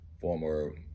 Former